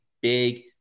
big